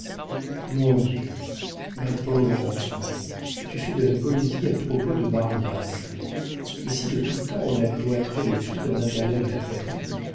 mon dieu ma pauvre enfant tu fais de la poésie à propos de mariage mais si de tout temps on a cloîtré les filles dans l'intérieur de la famille